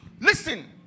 Listen